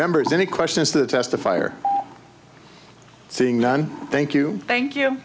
members any questions that testify or seeing none thank you thank you